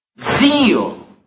Zeal